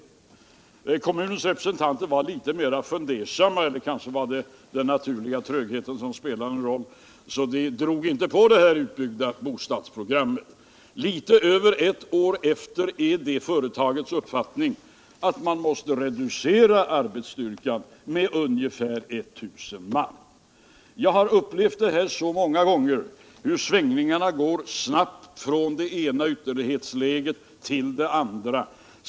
Kommunens representanter var litet mer fundersamma — eller kanske var det den naturliga trögheten som spelade in —, och man drog inte i gång med något utbyggt bostadsprogram. Litet mer än ett år senare är det företagets uppfattning att man måste reducera arbetsstyrkan med 1 000 man. Jag har många gånger upplevt hur svängningarna snabbt går från det ena ytterlighetsläget till det andra.